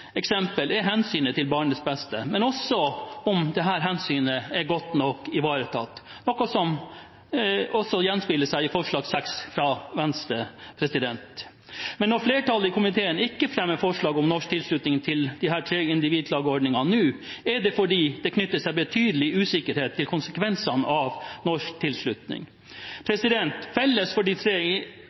eksempel er hensynet til barnets beste, men også om dette hensynet er godt nok ivaretatt, noe som gjenspeiler seg i forslag nr. 6, fra Venstre. Når flertallet i komiteen ikke fremmer forslag om norsk tilslutning til disse tre individklageordningene nå, er det fordi det knytter seg betydelig usikkerhet til konsekvensene av norsk tilslutning. Felles for de tre